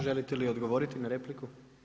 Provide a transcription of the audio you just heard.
Želite li odgovoriti na repliku?